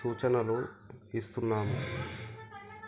సూచనలు ఇస్తున్నాము